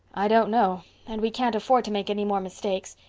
i don't know and we can't afford to make any more mistakes.